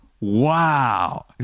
Wow